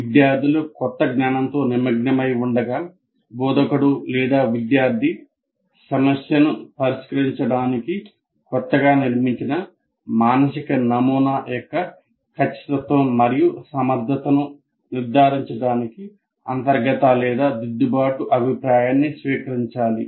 విద్యార్థులు కొత్త జ్ఞానంతో నిమగ్నమై ఉండగా బోధకుడు లేదా విద్యార్థి సమస్యను పరిష్కరించడానికి కొత్తగా నిర్మించిన మానసిక నమూనా యొక్క ఖచ్చితత్వం మరియు సమర్ధతను నిర్ధారించడానికి అంతర్గత లేదా దిద్దుబాటు అభిప్రాయాన్ని స్వీకరించాలి